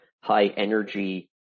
high-energy